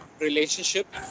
relationship